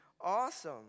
awesome